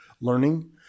learning